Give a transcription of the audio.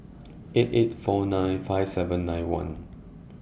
eight eight four nine five seven nine one